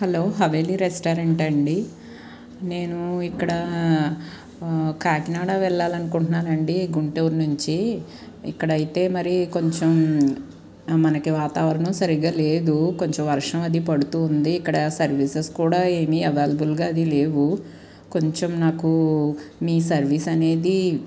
hello Haveli restaurant అండి నేను ఇక్కడ కాకినాడ వెళ్లాలనుకుంటున్నాను అండి గుంటూరు నుంచి ఇక్కడ అయితే మరి కొంచెం మనకి వాతావరణ సరిగ్గా లేదు కొంచెం వర్షం అది పడుతూ ఉంది ఇక్కడ సర్వీసెస్ కూడా ఏమీ అవైలబుల్గా అది లేవు కొంచెం నాకు మీ సర్వీస్ అనేది